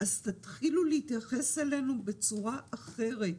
אז תתחילו להתייחס אלינו בצורה אחרת.